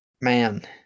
Man